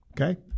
Okay